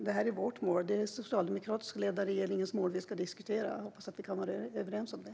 Det här är vårt mål. Det är den socialdemokratiskt ledda regeringens mål som vi ska diskutera. Jag hoppas att vi kan vara överens om det.